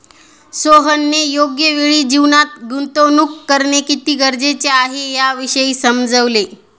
सोहनने योग्य वेळी जीवनात गुंतवणूक करणे किती गरजेचे आहे, याविषयी समजवले